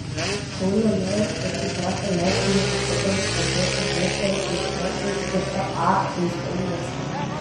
kauno meras irgi prašo leisti motociklams važiuoti viešajam transportui skirta a eismo juosta